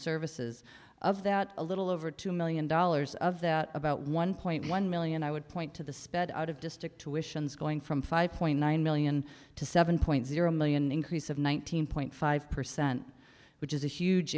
services of that a little over two million dollars of that about one point one million i would point to the sped out of district tuitions going from five point nine million to seven point zero million an increase of one thousand point five percent which is a huge